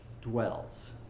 dwells